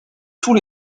tous